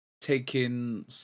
taking